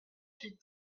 huit